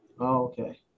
Okay